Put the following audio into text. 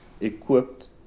equipped